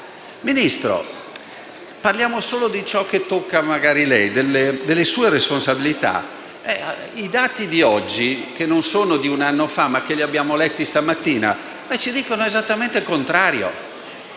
Ministro, parliamo solo di quanto tocca lei e delle sue responsabilità: i dati di oggi, che non risalgono a un anno fa ma che abbiamo letto questa mattina, dicono esattamente il contrario,